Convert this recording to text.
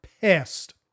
pissed